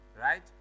right